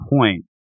point